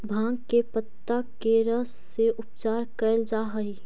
भाँग के पतत्ता के रस से उपचार कैल जा हइ